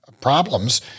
problems